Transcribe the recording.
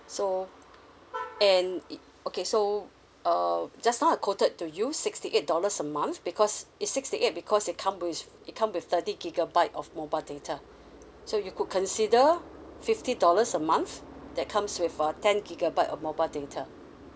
so and it okay so uh just now I quoted to you sixty eight dollars a month because it's sixty eight because it come with it come with thirty gigabyte of mobile data so you could consider fifty dollars a month that comes with a ten gigabyte of mobile data